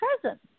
present